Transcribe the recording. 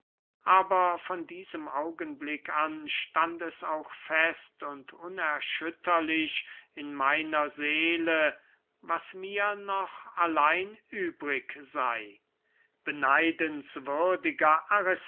aber von diesem augenblick an stand es auch fest und unerschütterlich in meiner seele was mir noch allein übrig sey